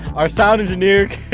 our sound engineer,